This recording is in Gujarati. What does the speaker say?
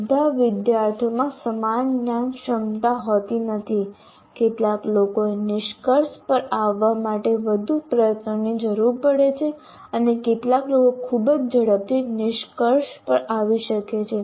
બધા વિદ્યાર્થીઓમાં સમાન જ્ઞાન ક્ષમતા હોતી નથી કેટલાક લોકોને નિષ્કર્ષ પર આવવા માટે વધુ પ્રયત્નોની જરૂર પડે છે અને કેટલાક લોકો ખૂબ જ ઝડપથી નિષ્કર્ષ પર આવી શકે છે